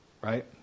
Right